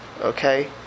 okay